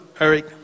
Eric